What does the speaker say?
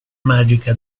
magica